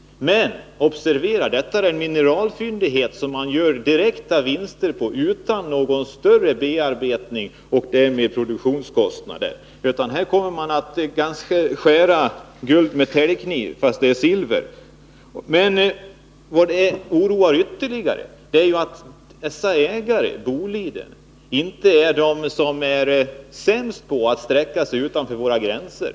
Men observera att detta är en mineralfyndighet som man gör direkta vinster på utan någon större bearbetning och därmed produktionskostnader. Här kommer man att skära guld med täljkniv, fast det är silver. Vad som oroar ytterligare är att Boliden inte tillhör de företag som är sämst på att sträcka sig utanför våra gränser.